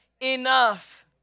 enough